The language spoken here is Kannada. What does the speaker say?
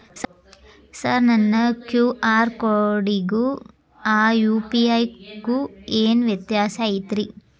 ಸರ್ ನನ್ನ ಕ್ಯೂ.ಆರ್ ಕೊಡಿಗೂ ಆ ಯು.ಪಿ.ಐ ಗೂ ಏನ್ ವ್ಯತ್ಯಾಸ ಐತ್ರಿ?